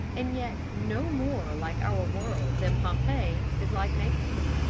and yet no more like our world than pompeii is like naples.